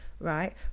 right